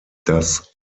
das